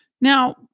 Now